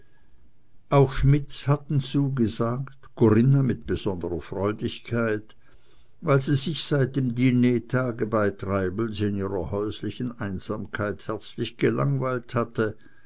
auch schmidts hatten zugesagt corinna mit besonderer freudigkeit weil sie sich seit dem dinertage bei treibels in ihrer häuslichen einsamkeit herzlich gelangweilt hatte